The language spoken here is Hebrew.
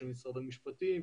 של משרד המשפטים,